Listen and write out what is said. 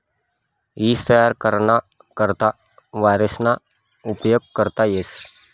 ईज तयार कराना करता वावरेसना उपेग करता येस